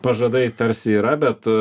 pažadai tarsi yra bet